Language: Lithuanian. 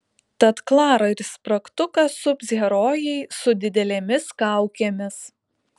tad klarą ir spragtuką sups herojai su didelėmis kaukėmis